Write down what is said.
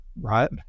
right